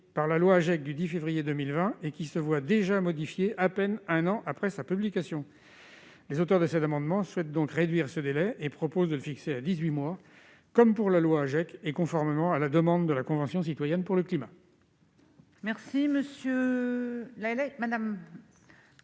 par la loi AGEC du 10 février 2020, laquelle se voit déjà modifiée, un an à peine après sa publication. Les auteurs de cet amendement souhaitent donc réduire ce délai et proposent de le fixer à dix-huit mois, comme dans la loi AGEC et conformément à la demande de la Convention citoyenne pour le climat.